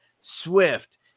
Swift